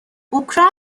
اوکراین